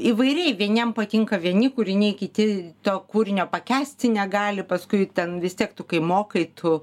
įvairiai vieniem patinka vieni kūriniai kiti to kūrinio pakęsti negali paskui ten vis tiek tu kai mokai tu